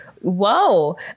whoa